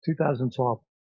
2012